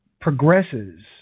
progresses